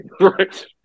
right